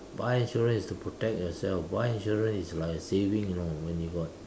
buy insurance is to protect yourself buy insurance is like a saving you know when you got